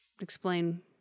explain